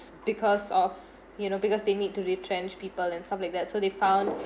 because of you know because they need to retrench people and stuff like that so they found